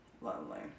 lovely